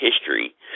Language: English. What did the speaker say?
history